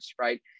right